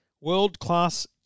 World-class